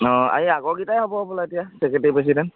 অঁ এই আগৰকেইটাই হ'ব বোলা এতিয়া ছেক্ৰেটেৰী প্ৰেছিডেণ্ট